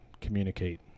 communicate